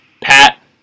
Pat